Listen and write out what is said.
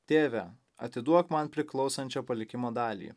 tėve atiduok man priklausančią palikimo dalį